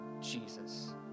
Jesus